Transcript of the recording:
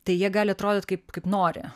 tai jie gali atrodyt kaip kaip nori